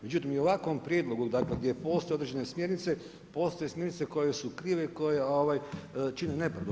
Međutim i u ovakvom prijedlogu dakle gdje postoje određene smjernice, postoje smjernice koje su krive i koje čine nepravdu.